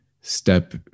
step